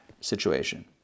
situation